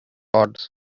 odds